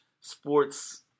sports